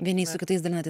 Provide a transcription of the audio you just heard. vieni su kitais dalinatės